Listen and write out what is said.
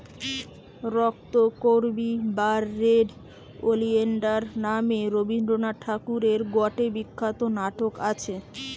রক্তকরবী বা red oleander নামে রবীন্দ্রনাথ ঠাকুরের গটে বিখ্যাত নাটক আছে